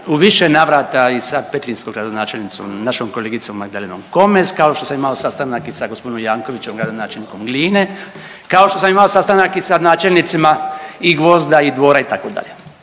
u više navrata i sa petrinjskom gradonačelnicom, našom kolegicom Magdalenom Komes, kao što sam imao sastanak i sa g. Jankovićem gradonačelnikom Gline, kao što sam imamo sastanak i sa načelnicima i Gvozda i Dvora itd., dakle